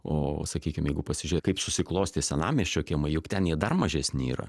o sakykim jeigu pasižiūrėt kaip susiklostė senamiesčio kiemai juk ten jie dar mažesni yra